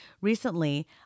Recently